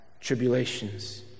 tribulations